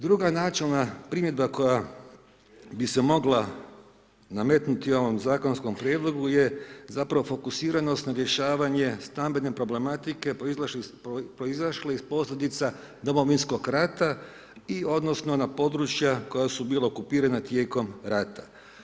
Druga načelna primjedba koja bi se mogla nametnuti ovom zakonskom prijedlogu je, zapravo fokusiranost na rješavanje stambene problematike proizašle iz posljedica Domovinskog rata i, odnosno na područja koja su bila okupirana tijekom rata.